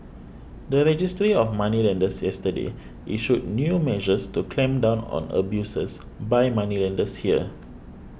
the Registry of Moneylenders yesterday issued new measures to clamp down on abuses by moneylenders here